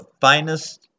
finest